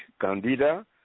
candida